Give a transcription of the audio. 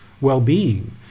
well-being